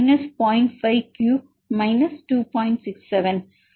8 Y26C 1